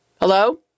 hello